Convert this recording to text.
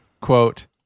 Quote